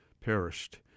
perished